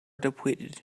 depleted